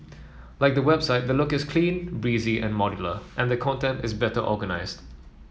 like the website the look is clean breezy and modular and the content is better organised